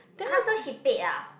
(uh huh) so she paid ah